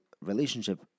relationship